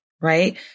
right